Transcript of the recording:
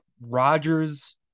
Rodgers